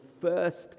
first